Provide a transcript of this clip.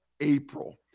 April